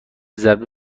ضربه